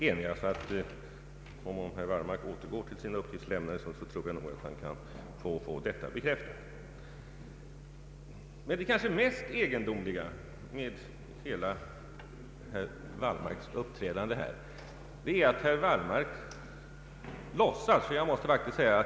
Om herr Wallmark åter går till sina uppgiftslämnare, tror jag nog att han kan få detta bekräftat. Det kanske mest egendomliga med herr Wallmarks uppträdande här är herr Wallmarks förvåning.